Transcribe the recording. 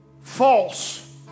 false